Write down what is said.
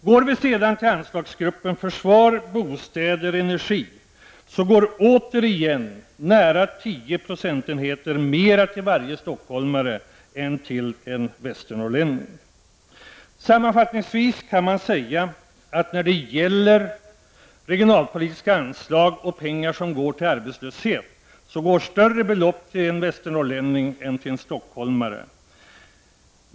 Av anslagen i gruppen försvar, bostäder och energi går det återigen nästan tio procentenheter mer till varje stockholmare än till en västernorrlänning. Sammanfattningsvis kan man när det gäller regionalpolitiska anslag och pengar som går till arbetslöshet säga att det går större belopp till en västernorrlänning än till en stockholmare.